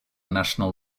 national